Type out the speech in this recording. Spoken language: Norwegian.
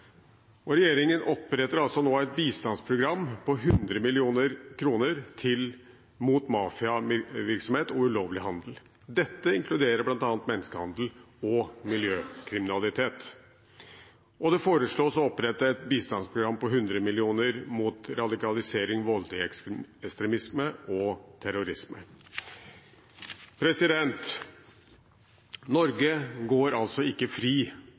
Regjeringen oppretter nå et bistandsprogram på 100 mill. kr mot mafiavirksomhet og ulovlig handel. Dette inkluderer bl.a. menneskehandel og miljøkriminalitet. Og det foreslås å opprette et bistandsprogram på 100 mill. kr mot radikalisering, voldelig ekstremisme og terrorisme. Norge går altså ikke fri